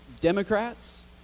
Democrats